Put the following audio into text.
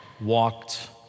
walked